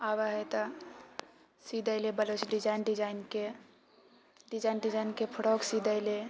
आवाहै तऽ सी देलै ब्लाउज डिजाइन डिजाइनके डिजाइन डिजाइनके फ्रॉक सी देलै